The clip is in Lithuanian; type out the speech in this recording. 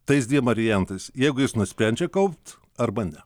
tais dviem variantais jeigu jis nusprendžia kaupt arba ne